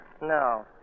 No